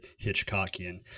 Hitchcockian